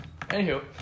Anywho